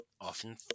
often